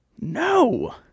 No